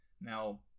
Now